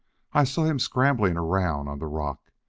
i saw him scrambling around on the rock.